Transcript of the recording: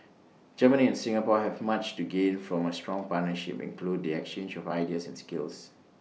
Germany and Singapore have much to gain from A strong partnership including the exchange of ideas and skills